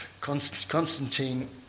Constantine